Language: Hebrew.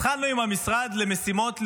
התחלנו עם המשרד למשימות לאומיות,